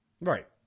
Right